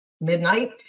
midnight